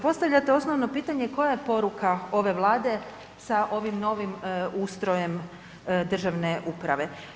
Postavljate osnovno pitanje koja je poruka ove Vlade sa ovim novim ustrojem državne uprave.